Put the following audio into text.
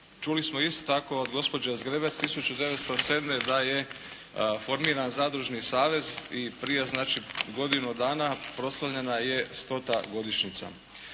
Čuli smo isto tako od gospođe Zgrebec 1907. da je formiran zadružni savez i prije znači godinu dana proslavljena je stota godišnjica.